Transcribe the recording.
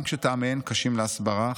גם כשטעמיהן קשים להסברה,